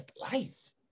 life